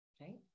Right